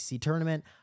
tournament